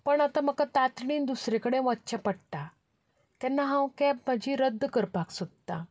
पूण आतां म्हाका तातडीन दुसरे कडेन वचचें पडटा तेन्ना हांव कॅब म्हजी रद्द करपाक सोदतां